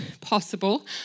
possible